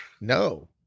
No